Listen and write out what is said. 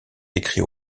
écrits